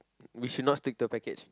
we should not stick the package